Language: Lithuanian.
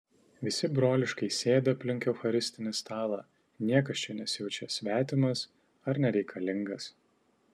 visi broliškai sėdi aplink eucharistinį stalą niekas čia nesijaučia svetimas ar nereikalingas